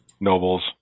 nobles